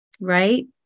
Right